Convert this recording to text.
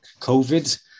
COVID